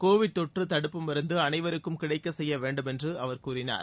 covid தொற்று தடுப்பு மருந்து அனைவருக்கும் கிடைக்கச் செய்ய வேண்டும் என்று அவர் கூறினார்